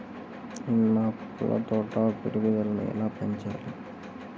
నేను నా పూల తోట పెరుగుదలను ఎలా పెంచాలి?